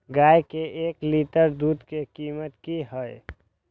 गाय के एक लीटर दूध के कीमत की हय?